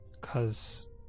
cause